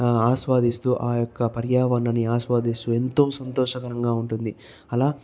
ఆస్వాదిస్తూ ఆ యొక్క పర్యావరణాన్ని ఆస్వాదిస్తూ ఎంతో సంతోషకరంగా ఉంటుంది అలా